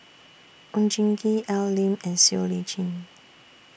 Oon Jin Gee Al Lim and Siow Lee Chin